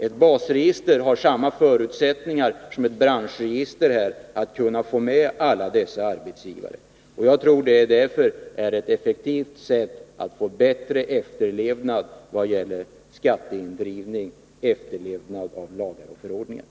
Ett basregister har samma förutsättningar som ett branschregister att kunna få med alla dessa arbetsgivare. Jag tror därför att upprättandet av ett basregister är ett effektivt sätt att få till stånd skatteindrivning och bättre efterlevnad av lagar och förordningar.